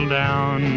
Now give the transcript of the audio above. down